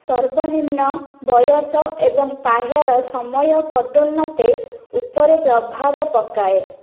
ସର୍ବନିମ୍ନ ବୟସ ଏବଂ ପାହ୍ୟାର ସମୟ ପଦୋନ୍ନତି ଉପରେ ପ୍ରଭାବ ପକାଏ